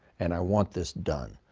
and i want this done.